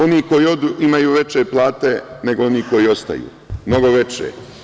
Oni koji odu imaju veće plate nego oni koji ostaju, mnogo veće.